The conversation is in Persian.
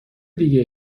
دیگه